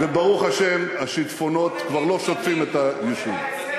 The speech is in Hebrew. וברוך השם השיטפונות כבר לא שוטפים את היישוב.